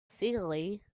silly